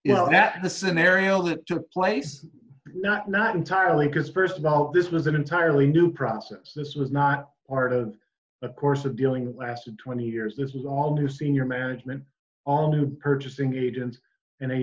you know that the scenario that took place not not entirely because st of all this was an entirely new process this was not part of a course of dealing lasted twenty years this is all new senior management all new purchasing agents